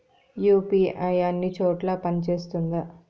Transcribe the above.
UPI అన్ని చోట్ల పని సేస్తుందా?